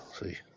see